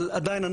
אבל עדיין,